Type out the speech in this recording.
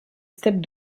steppes